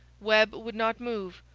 webb would not move.